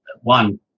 one